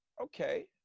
okay